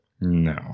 No